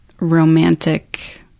romantic